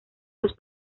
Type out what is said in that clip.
los